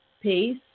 peace